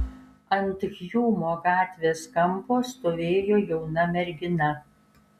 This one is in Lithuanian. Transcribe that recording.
ant hjumo gatvės kampo stovėjo jauna mergina